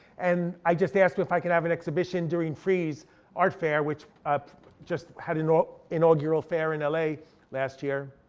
and i just asked but if i could have an exhibition during frieze art fair, which just had an inaugural fair in la last last year.